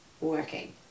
working